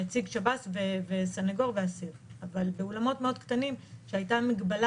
גם המון מתקני מעצר קטנים שפרוסים ברחבי הארץ.